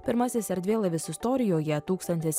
pirmasis erdvėlaivis istorijoje tūkstantis